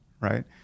Right